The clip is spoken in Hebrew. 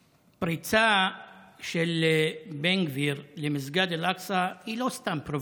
הפריצה של בן גביר למסגד אל-אקצא היא לא סתם פרובוקציה,